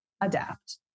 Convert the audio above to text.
adapt